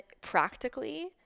practically